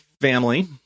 family